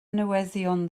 newyddion